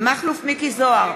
מכלוף מיקי זוהר,